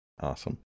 Awesome